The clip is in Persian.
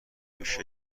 میشه